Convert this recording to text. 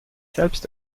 selbst